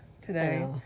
today